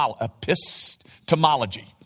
epistemology